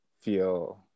feel